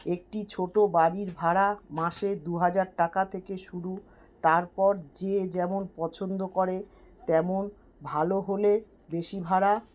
একটি ছোটো বাড়ির ভাড়া মাসে দু হাজার টাকা থেকে শুরু তারপর যে যেমন পছন্দ করে তেমন ভালো হলে বেশি ভাড়া